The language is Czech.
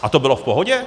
A to bylo v pohodě?